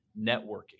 networking